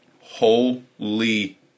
holy